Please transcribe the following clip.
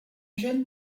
gène